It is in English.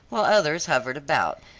while others hovered about,